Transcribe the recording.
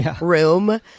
room